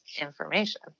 information